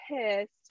pissed